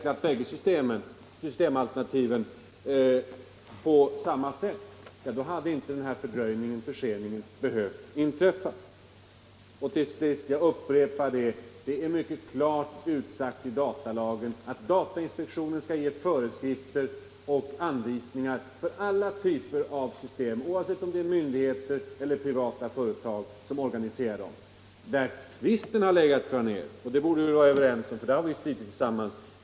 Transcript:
Hade bägge systemalternativen utvecklats parallellt skulle den här förseningen inte ha behövt inträffa. Till sist vill jag upprepa att det är mycket klart utsagt i datalagen att datainspektionen skall ge föreskrifter och anvisningar för alla typer av system oavsett om det är myndigheter eller privata företag som organiserar systemen. Var tvisten har legat, fru Anér, borde vi väl vara överens om eftersom vi stridit tillsammans.